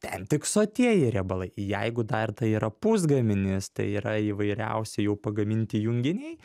ten tik sotieji riebalai jeigu dar tai yra pusgaminis tai yra įvairiausi jau pagaminti junginiai